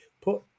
Put